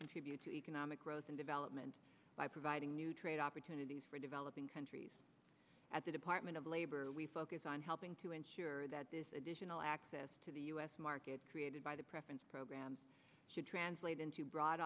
contribute to economic growth and development by providing new trade opportunities for developing countries at the department of labor we focus on helping to ensure that this additional access to the u s market created by the preference program should translate into bro